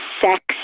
sex